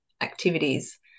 activities